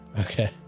Okay